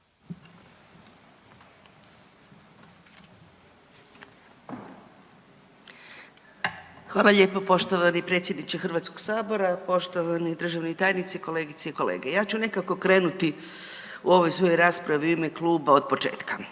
Hvala lijepo poštovani predsjedniče HS, poštovani državni tajnici, kolegice i kolege. Ja ću nekako krenuti u ovoj svojoj raspravi u ime kluba otpočetka.